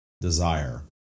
desire